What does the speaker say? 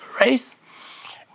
race